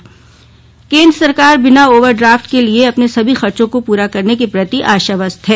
आश्वसत केंद्र सरकार बिना ओवर ड्राफ्ट लिए अपने सभी खर्चों को पूरा करने के प्रति आश्वस्त है